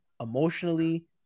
emotionally